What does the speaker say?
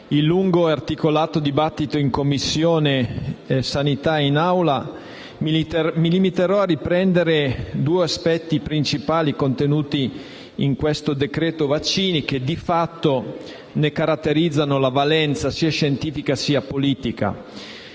il lungo e articolato dibattito in Commissione sanità e in Aula mi limiterò a riprendere due aspetti principali contenuti in questo decreto vaccini, che di fatto ne caratterizzano la valenza sia scientifica che politica: